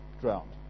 drowned